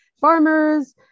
farmers